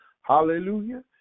hallelujah